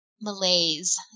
malaise